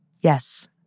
yes